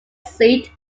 seat